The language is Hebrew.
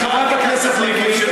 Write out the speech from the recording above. חברת הכנסת לבני,